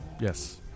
Yes